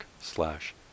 slash